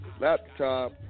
laptop